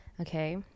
Okay